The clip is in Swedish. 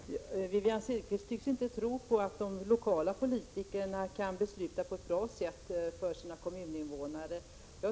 Fru talman! Wivi-Anne Cederqvist tycks inte tro att de lokala politikerna kan besluta på ett för sina kommuninvånare bra sätt.